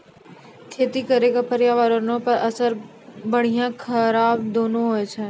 खेती करे के पर्यावरणो पे असर बढ़िया खराब दुनू होय छै